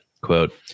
quote